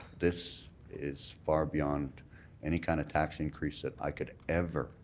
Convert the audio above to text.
this is far beyond any kind of tax increase that i could ever,